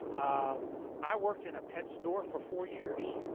um i worked in a pet store for four years.